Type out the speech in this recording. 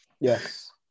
Yes